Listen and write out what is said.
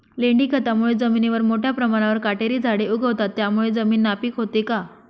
लेंडी खतामुळे जमिनीवर मोठ्या प्रमाणावर काटेरी झाडे उगवतात, त्यामुळे जमीन नापीक होते का?